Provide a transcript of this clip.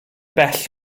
bell